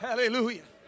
Hallelujah